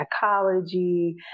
psychology